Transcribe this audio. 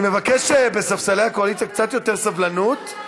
אני מבקש בספסלי הקואליציה קצת יותר סבלנות,